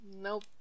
Nope